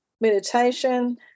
meditation